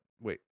wait